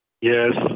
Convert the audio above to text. Yes